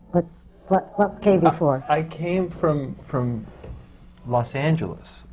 but but what came before? i came from from los angeles,